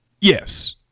Yes